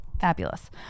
Fabulous